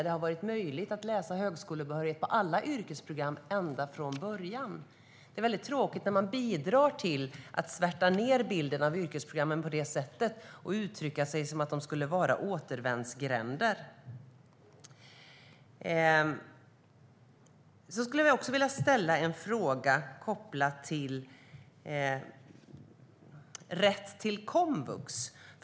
Det har varit möjligt att läsa högskolebehörighet på alla yrkesprogram ända från början. Det är väldigt tråkigt när man bidrar till att svärta ned bilden av yrkesprogrammen på det sättet och uttrycka sig som att de skulle vara återvändsgränder. Jag skulle vilja ställa en fråga kopplad till rätt till komvux.